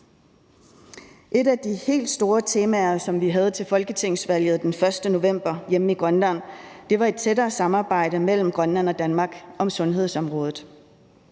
Et af de helt store temaer, som vi havde til folketingsvalget den 1. november hjemme i Grønland, var et tættere samarbejde mellem Grønland og Danmark på sundhedsområdet.